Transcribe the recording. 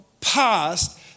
past